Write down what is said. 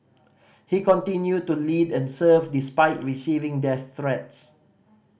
he continued to lead and serve despite receiving death threats